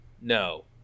No